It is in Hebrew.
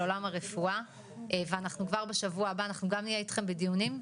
של עולם הרפואה ואנחנו כבר בשבוע הבא נהיה איתכם בדיונים,